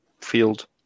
field